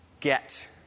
Get